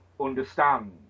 understand